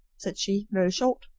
said she, very short.